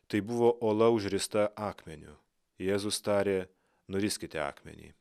tai buvo ola užrista akmeniu jėzus tarė nuriskite akmenį